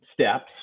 steps